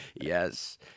Yes